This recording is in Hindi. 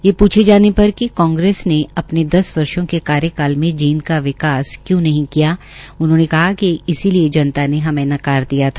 ये पूछे जाने पर कि कांग्रेस ने अपने दस वर्षो के कार्यकाल में जींद का विकास क्यों नहीं किया उन्होंनें कहा कि इसलिये जनता ने हमे नकार दिया था